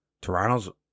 Toronto's